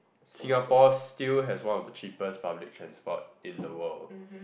Singapore still has one of the cheapest public transport in the world